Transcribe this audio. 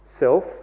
Self